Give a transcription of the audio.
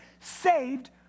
saved